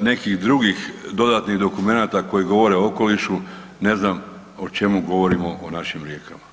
nekih drugih dodatnih dokumenata koji govore o okolišu, ne znam o čemu govorimo o našim rijekama.